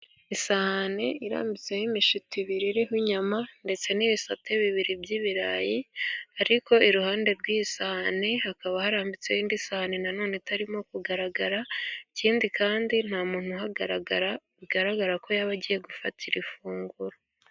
Isahani irambitseho imishito ibiri iriho inyama ,ndetse n'ibisate bibiri by'ibirayi ,ariko iruhande rw'iyi sahani hakaba harambitse indi sahani nanone itarimo kugaragara, ikindi kandi nta muntu uhagaragara, bigaragara ko yaba agiye gufatira ifunguro.